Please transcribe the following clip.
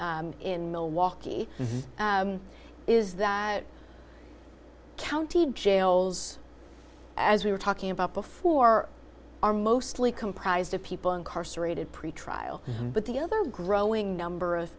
in milwaukee is that county jails as we were talking about before are mostly comprised of people incarcerated pretrial but the other a growing number of